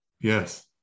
yes